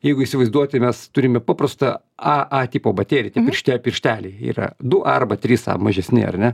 jeigu įsivaizduoti mes turime paprastą a a tipo bateriją tai piršte piršteliai yra du a arba trys a mažesni ar ne